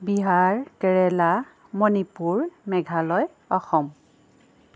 Bihar Kerala Manipur Meghalaya Assam